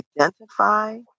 identify